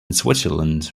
switzerland